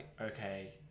okay